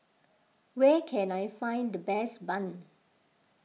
where can I find the best Bun